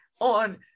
on